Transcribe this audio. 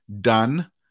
done